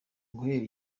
guhera